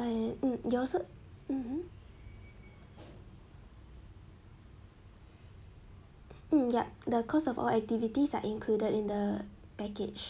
and hmm it also mmhmm hmm ya the cost of all activities are included in the package